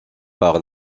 par